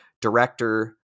director